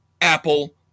Apple